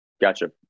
Gotcha